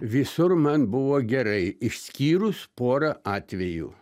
visur man buvo gerai išskyrus porą atvejų